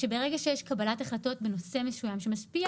שברגע שיש קבלת החלטות בנושא מסוים שמשפיע